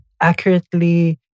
accurately